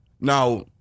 Now